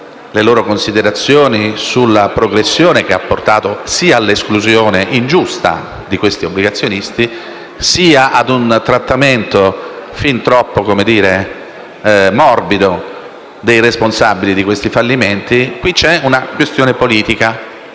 le loro considerazioni sulla progressione che ha portato all'esclusione ingiusta di questi obbligazionisti e ad un trattamento fin troppo morbido nei confronti dei responsabili dei fallimenti. Emerge qui una questione politica,